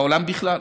בעולם בכלל.